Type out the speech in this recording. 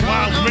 Wild